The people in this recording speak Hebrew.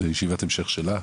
זו ישיבת המשך שלה,